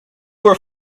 were